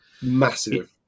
Massive